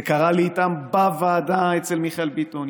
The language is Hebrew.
זה קרה לי איתם בוועדה אצל מיכאל ביטון.